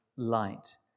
light